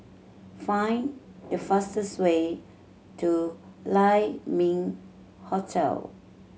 find the fastest way to Lai Ming Hotel